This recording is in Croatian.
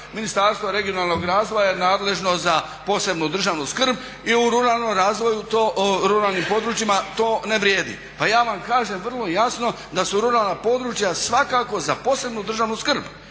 Ministarstvo regionalnog razvoja je nadležno za posebnu državnu skrb i u ruralnim područjima to ne vrijedi. Pa ja vam kažem vrlo jasno da su ruralna područja svakako za posebnu državnu skrb